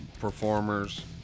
performers